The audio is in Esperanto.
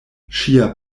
ŝia